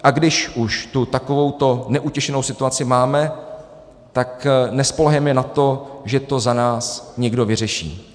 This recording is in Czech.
A když už tu takovouto neutěšenou situaci máme, nespoléhejme na to, že to za nás někdo vyřeší.